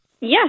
yes